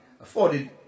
afforded